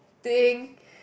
thing